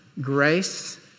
Grace